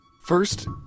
First